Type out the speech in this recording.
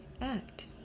act